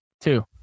Two